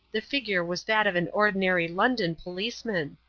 the figure was that of an ordinary london policeman.